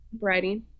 writing